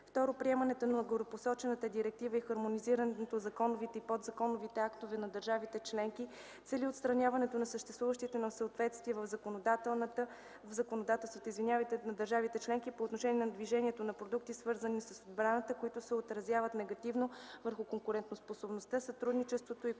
употреба. Приемането на горепосочената директива и хармонизирането на законовите и подзаконовите актове на държавите членки цели отстраняването на съществуващите несъответствия в законодателствата на държавите членки по отношение на движението на продукти, свързани с отбраната, които се отразяват негативно върху конкурентоспособността, сътрудничеството и кооперирането